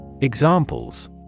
Examples